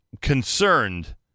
concerned